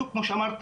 בדיוק כמו שאמרת,